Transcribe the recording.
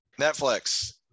netflix